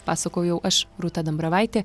pasakojau aš rūta dambravaitė